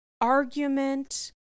argument